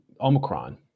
Omicron